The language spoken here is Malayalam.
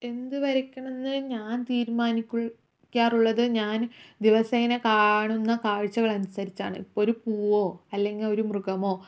എന്ത് വരക്കണം എന്ന് ഞാൻ തീരുമാനിക്കാറുള്ളത് ഞാൻ ദിവസേന കാണുന്ന കാഴ്ചകൾ അനുസരിച്ചാണ് ഇപ്പോൾ ഒരു പൂവോ അല്ലെങ്കിൽ ഒരു മൃഗമോ